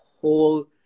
whole